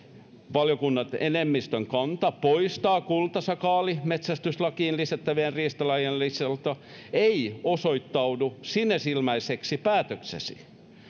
valiokunnan enemmistön kanta poistaa kultasakaali metsästyslakiin lisättävien riistalajien listalta ei osoittaudu sinisilmäiseksi päätökseksi